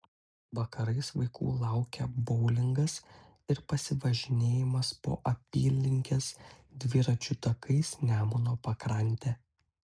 vakarais vaikų laukia boulingas ir pasivažinėjimas po apylinkes dviračių takais nemuno pakrante